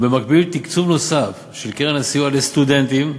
ובמקביל תקצוב נוסף של קרן הסיוע לסטודנטים,